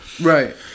Right